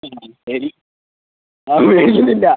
അതെ ശരി ആ മേടിക്കുന്നില്ല